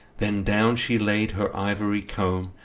then down she layd her ivory combe,